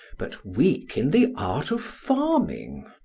but weak in the art of farming.